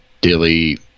Daily